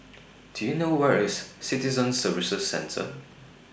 Do YOU know Where IS Citizen Services Centre